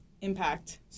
impact